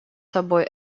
собой